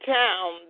town